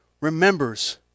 remembers